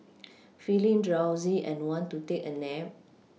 feeling drowsy and want to take a nap